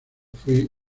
fui